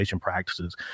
practices